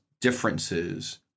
differences